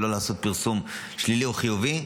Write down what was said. בשביל לא לעשות פרסום שלילי או חיובי,